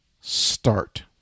start